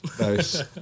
Nice